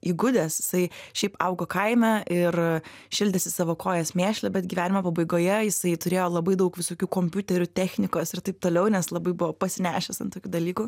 įgudęs jisai šiaip augo kaime ir šildėsi savo kojas mėšle bet gyvenimo pabaigoje jisai turėjo labai daug visokių kompiuterių technikos ir taip toliau nes labai buvo pasinešęs ant tokių dalykų